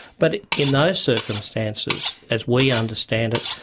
but in those circumstances as we understand it,